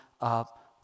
up